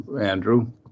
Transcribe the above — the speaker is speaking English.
Andrew